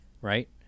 right